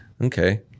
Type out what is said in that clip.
Okay